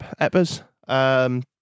Eppers